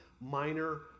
minor